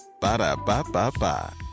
Ba-da-ba-ba-ba